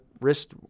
wrist